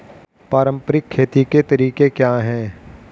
पारंपरिक खेती के तरीके क्या हैं?